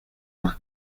más